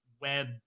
web